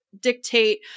Dictate